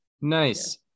Nice